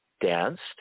danced